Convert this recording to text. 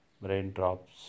raindrops